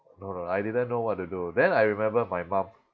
no no I didn't know what to do then I remember my mum